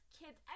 kids